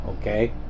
okay